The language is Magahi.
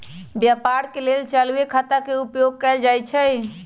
व्यापार के लेल चालूये खता के उपयोग कएल जाइ छइ